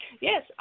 Yes